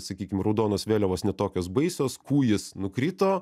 sakykim raudonos vėliavos ne tokios baisios kūjis nukrito